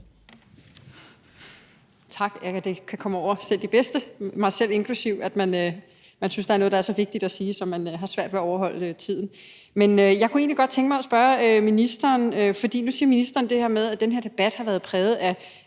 Tak. Det kan ske for selv de bedste – mig selv inklusive – at man synes, der er noget, der er så vigtigt at sige, at man har svært ved at overholde tiden. Men jeg kunne egentlig godt tænke mig at spørge ministeren om noget. For nu siger ministeren det her med, at den her debat har været præget af